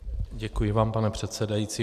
Děkuji vám, pane předsedající.